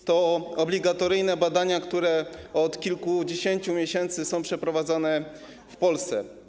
Są to obligatoryjne badania, które od kilkudziesięciu miesięcy przeprowadzane są w Polsce.